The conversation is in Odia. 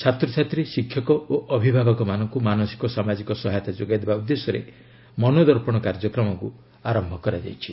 ଛାତ୍ରଛାତ୍ରୀ ଶିକ୍ଷକ ଓ ଅଭିଭାବକମାନଙ୍କୁ ମାନସିକ ସାମାଜିକ ସହାୟତା ଯୋଗାଇବା ଉଦ୍ଦେଶ୍ୟରେ 'ମନୋଦର୍ପଣ' କାର୍ଯ୍ୟକ୍ରମ ଆରମ୍ଭ କରାଯାଇଛି